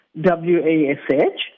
W-A-S-H